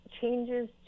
changes